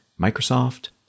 Microsoft